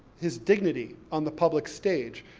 his dignity on the public stage,